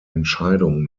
entscheidung